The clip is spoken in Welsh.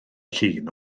llun